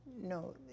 no